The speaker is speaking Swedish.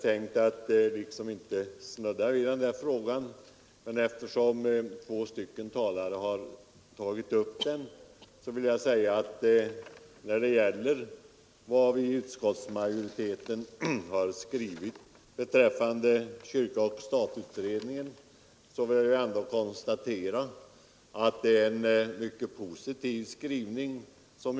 Jag hade inte tänkt snudda vid denna fråga, men eftersom två talare tagit upp den vill jag säga att vi i utskottsmajoriteten skrivit mycket positivt om kyrka—stat-utredningen.